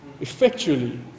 effectually